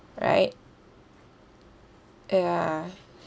right ya